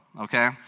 okay